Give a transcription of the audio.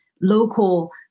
local